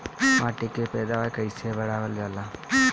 माटी के पैदावार कईसे बढ़ावल जाला?